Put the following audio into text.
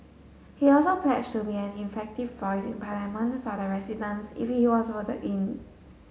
he also pledged to be an effective voice in Parliament for the residents if he was voted in